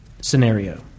scenario